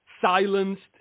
silenced